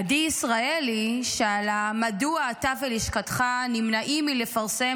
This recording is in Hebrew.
עדי ישראלי שאלה: מדוע אתה ולשכתך נמנעים מלפרסם